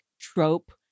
trope